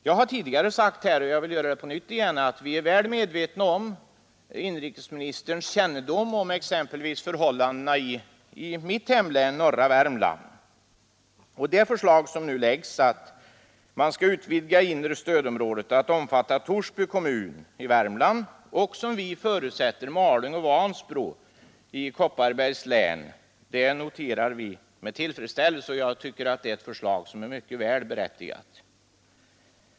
Jag har tidigare sagt, och jag vill göra det på nytt, att vi är väl medvetna om inrikesministerns kännedom om exempelvis förhållandena i norra Värmland — mitt hemlän. Vi noterar med tillfredsställelse det förslag som nu framläggs om utvidgning av inre stödområdet att omfatta Torsby kommun i Värmland och — som vi förutsätter Malungs och Vansbro kommuner i Kopparbergs län. Jag tycker att det är ett mycket väl berättigat förslag.